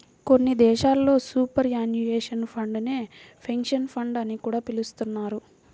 కొన్ని దేశాల్లో superannuation fund నే పెన్షన్ ఫండ్ అని కూడా పిలుస్తున్నారు